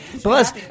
Plus